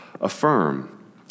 affirm